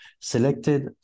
selected